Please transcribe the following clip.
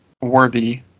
worthy